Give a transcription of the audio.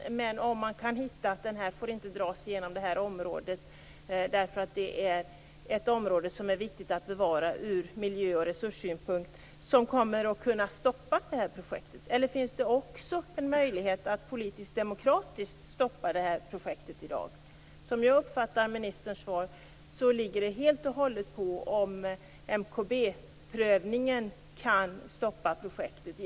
T.ex. om man kan påvisa att ledningen inte får dras genom det här området därför att det är ett område som är viktigt att bevara ur miljö och resurssynpunkt. Eller finns det i dag också en möjlighet att politiskt-demokratiskt stoppa det här projektet? Som jag uppfattar ministerns svar ligger det helt och hållet på om prövningen inför miljökonsekvensbeskrivningen kan stoppa projektet.